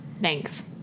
thanks